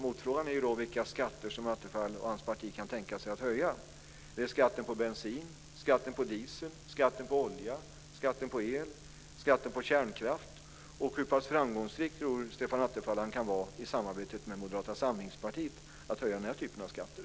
Motfrågan blir: Vilka skatter kan Attefall och hans parti tänka sig att höja? Är det skatten på bensin, skatten på diesel, skatten på olja, skatten på el eller skatten på kärnkraft? Hur pass framgångsrik tror Stefan Attefall att han kan vara i samarbetet med Moderata samlingspartiet när det gäller att höja den här typen av skatter?